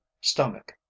stomach